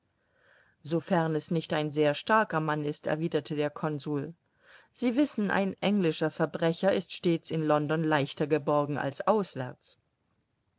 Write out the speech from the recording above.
sofern es nicht ein sehr starker mann ist erwiderte der consul sie wissen ein englischer verbrecher ist stets in london leichter geborgen als auswärts